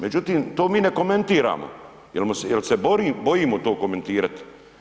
Međutim, to mi ne komentiramo, jer se bojimo to komentirati.